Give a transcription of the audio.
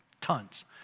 tons